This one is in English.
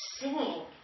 singing